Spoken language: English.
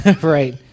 right